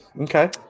Okay